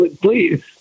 please